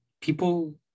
People